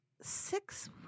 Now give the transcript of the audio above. six